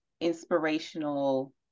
inspirational